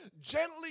gently